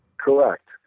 Correct